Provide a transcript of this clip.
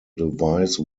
device